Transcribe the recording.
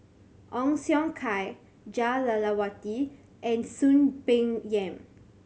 Ong Siong Kai Jah Lelawati and Soon Peng Yam